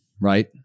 right